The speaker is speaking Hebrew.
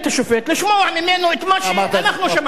לשמוע ממנו את מה שאנחנו שמענו ממנו.